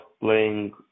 playing